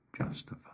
justify